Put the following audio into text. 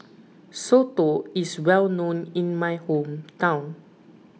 Soto is well known in my hometown